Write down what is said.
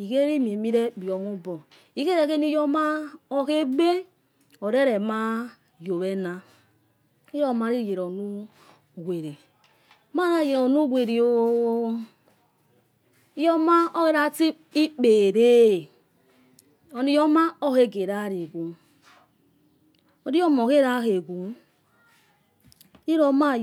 iichorimua mirekpa iyoma obo. ikhole ami iyoma olehegbe oreroma yowena. iloma li yelo nu uwele. ilomagelo nu uwele oh iyoma olatsi ekphe elo. oni iyoma okhegeyqlikhu oni iyomo okhela khekhu llomayo